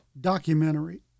documentary